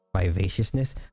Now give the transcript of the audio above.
vivaciousness